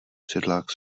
sedlák